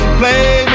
play